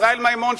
ישראל מימון,